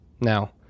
Now